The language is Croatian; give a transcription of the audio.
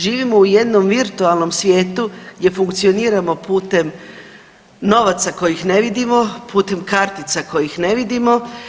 Živimo u jednom virtualnom svijetu gdje funkcioniramo putem novaca kojih ne vidimo, putem kartica kojih ne vidimo.